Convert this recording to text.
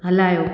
हलायो